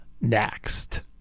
next